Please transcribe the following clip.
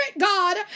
God